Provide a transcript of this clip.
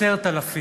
ל-10,000,